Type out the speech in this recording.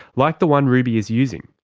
like the one ruby is using,